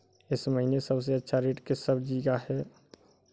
इस महीने सबसे अच्छा रेट किस सब्जी का है?